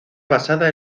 basada